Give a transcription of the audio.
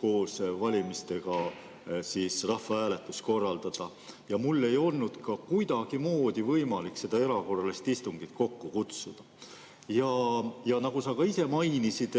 koos valimistega rahvahääletus korraldada. Mul ei olnud ka kuidagimoodi võimalik seda erakorralist istungit kokku kutsuda. Nagu sa ka ise mainisid,